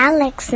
Alex